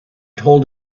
told